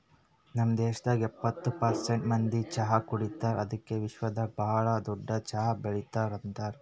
ನಮ್ ದೇಶದಾಗ್ ಎಪ್ಪತ್ತು ಪರ್ಸೆಂಟ್ ಮಂದಿ ಚಹಾ ಕುಡಿತಾರ್ ಅದುಕೆ ವಿಶ್ವದಾಗ್ ಭಾಳ ದೊಡ್ಡ ಚಹಾ ಬೆಳಿತಾರ್ ಅಂತರ್